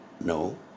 No